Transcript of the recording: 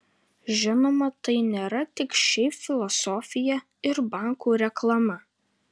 žinoma tai nėra tik šiaip filosofija ir bankų reklama